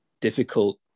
difficult